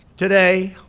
today